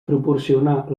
proporcionà